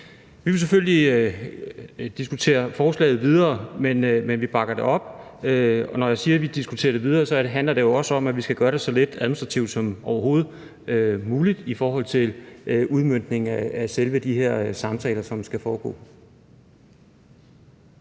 Vi vil selvfølgelig diskutere forslaget videre, men vi bakker det op. Og når jeg siger, at vi diskuterer det videre, så handler det jo også om, at vi skal gøre det så let administrativt som overhovedet muligt i forhold til udmøntningen af selve de her samtaler, som skal foregå.